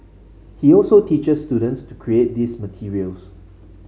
he also teaches students to create these materials